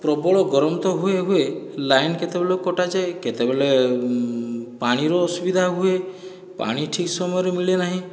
ପ୍ରବଳ ଗରମ ତ ହୁଏ ହୁଏ ଲାଇନ କେତେବେଳେ କଟାଯାଏ କେତେବେଳେ ପାଣିର ଅସୁବିଧା ହୁଏ ପାଣି ଠିକ୍ ସମୟରେ ମିଳେନାହିଁ